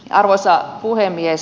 arvoisa puhemies